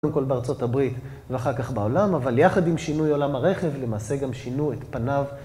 קודם כל בארה״ב ואחר כך בעולם, אבל יחד עם שינוי עולם הרכב, למעשה גם שינו את פניו.